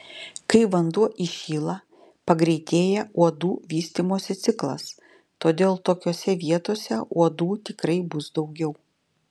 kai vanduo įšyla pagreitėja uodų vystymosi ciklas todėl tokiose vietose uodų tikrai bus daugiau